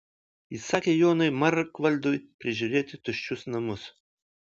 įsakė jonui markvaldui prižiūrėti tuščius namus